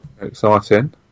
exciting